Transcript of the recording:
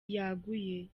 yaguye